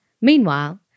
Meanwhile